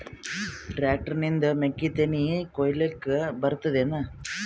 Tractor ನಿಂದ ಮೆಕ್ಕಿತೆನಿ ಕೊಯ್ಯಲಿಕ್ ಬರತದೆನ?